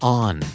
on